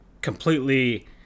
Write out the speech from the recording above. completely